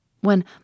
when